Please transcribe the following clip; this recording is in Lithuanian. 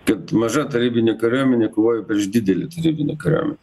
kad maža tarybinė kariuomenė kovoja prieš didelę tarybinę kariuomę